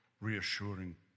reassuring